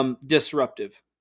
Disruptive